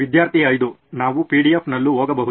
ವಿದ್ಯಾರ್ಥಿ 5 ನಾವು PDFನಲ್ಲೂ ಹೋಗಬಹುದು